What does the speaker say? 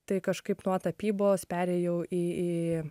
tai kažkaip nuo tapybos perėjau į į